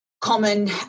common